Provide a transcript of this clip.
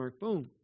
Boom